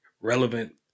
relevant